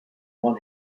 one